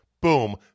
Boom